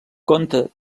compta